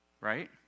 Right